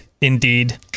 Indeed